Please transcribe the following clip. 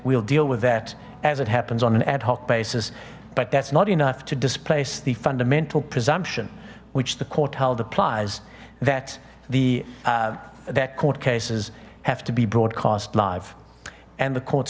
we'll deal with that as it happens on an ad hoc basis but that's not enough to displace the fundamental presumption which the court held applies that the that court cases have to be broadcast live and the court